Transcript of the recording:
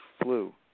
Blue